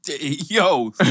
Yo